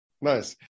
Nice